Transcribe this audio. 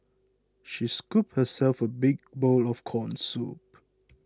she scooped herself a big bowl of Corn Soup